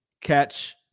catch